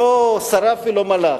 לא שרף ולא מלאך,